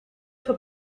fue